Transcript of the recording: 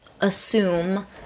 assume